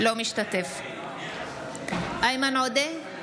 אינו משתתף בהצבעה איימן עודה,